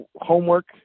homework